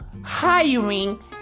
hiring